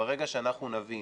ברגע שאנחנו נבין,